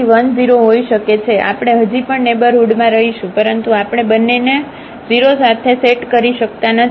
તેથી 1 0 હોઈ શકે છે આપણે હજી પણ નેઇબરહુડમાં રહીશું પરંતુ આપણે બંનેને 0 સાથે સેટ કરી શકતા નથી